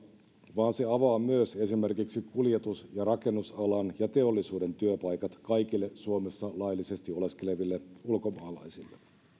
vaan se avaa myös esimerkiksi kuljetus ja rakennusalan ja teollisuuden työpaikat kaikille suomessa laillisesti oleskeleville ulkomaalaisille